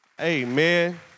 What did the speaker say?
Amen